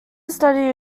studied